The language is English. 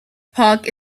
park